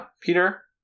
Peter